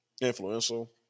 influential